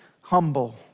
humble